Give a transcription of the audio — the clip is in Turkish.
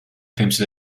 temsil